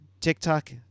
TikTok